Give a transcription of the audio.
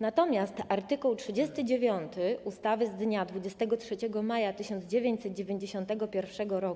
Natomiast art. 39 ustawy z dnia 23 maja 1991 r.